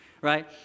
right